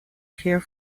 care